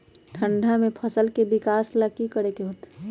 ठंडा में फसल के विकास ला की करे के होतै?